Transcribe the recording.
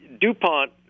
DuPont